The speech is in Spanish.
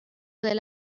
del